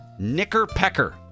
Knickerpecker